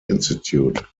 institute